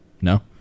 No